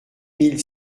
mille